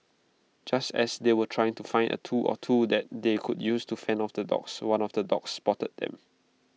just as they were trying to find A tool or two that they could use to fend off the dogs one of the dogs spotted them